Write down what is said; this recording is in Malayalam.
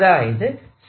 അതായത് P